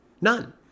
None